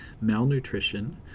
malnutrition